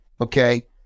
Okay